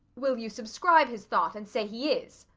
will you subscribe his thought and say he is?